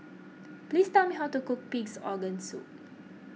please tell me how to cook Pig's Organ Soup